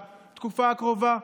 בתקופה הקרובה.